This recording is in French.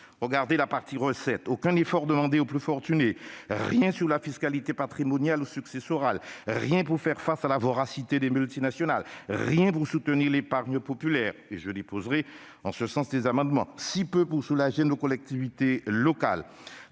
Regardez la partie relative aux recettes : aucun effort demandé aux plus fortunés ; rien sur la fiscalité patrimoniale ou successorale ; rien pour faire face à la voracité des multinationales ; rien pour soutenir l'épargne populaire- je déposerai des amendements en ce sens ; si peu pour soulager nos collectivités locales